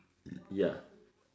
ya